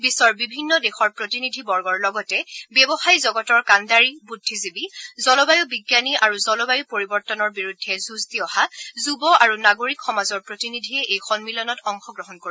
বিশ্বৰ বিভিন্ন দেশৰ প্ৰতিনিধিবৰ্গৰ লগতে ব্যৱসায় জগতৰ কাণ্ডাৰী বুদ্ধিজীৱী জলবায়ু বিজ্ঞানী আৰু জলবায়ু পৰিৱৰ্তনৰ বিৰেদ্ধ যুঁজ দি অহা যুৱ আৰু নাগৰিক সমাজৰ প্ৰতিনিধিয়ে এই সম্মিলনত অংশগ্ৰহণ কৰিব